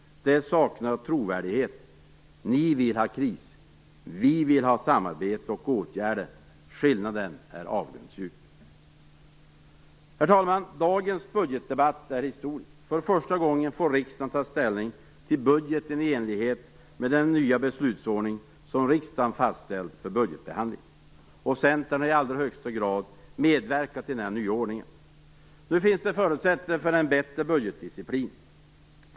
Det saknar trovärdighet. Ni vill ha kris, vi vill ha samarbete och åtgärder. Skillnaden är avgrundsdjup. Herr talman! Dagens budgetdebatt är historisk. För första gången får riksdagen ta ställning till budgeten i enlighet med den nya beslutsordning som riksdagen fastställt för budgetbehandlingen. Centern har i allra högsta grad medverkat till denna nya ordning. Nu finns det förutsättningar för en bättre budgetdisciplin.